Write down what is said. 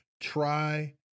try